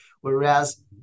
Whereas